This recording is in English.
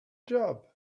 job